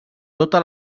tota